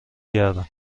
گردم